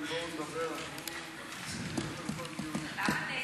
ההצעה להעביר את הנושא לוועדת החינוך,